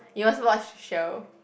you must watch show